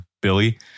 Billy